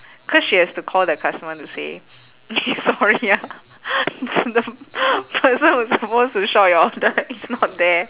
cause she has to call the customer to say sorry ah it's the person who's supposed to shop your order is not there